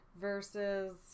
versus